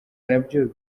nabyo